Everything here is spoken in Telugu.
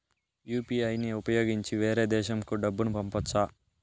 యు.పి.ఐ ని ఉపయోగించి వేరే దేశంకు డబ్బును పంపొచ్చా?